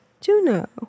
Juno